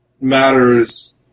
matters